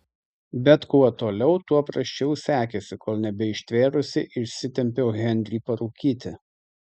bet kuo toliau tuo prasčiau sekėsi kol nebeištvėrusi išsitempiau henrį parūkyti